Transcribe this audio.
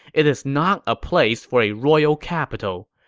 it is not a place for a royal capital.